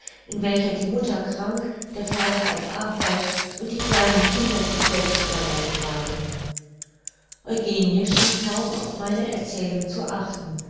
in welcher die mutter krank der vater auf arbeit und die kleinen kinder sich selbst überlassen waren eugenie schien kaum auf meine erzählung zu achten